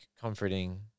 comforting